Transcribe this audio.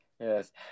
Yes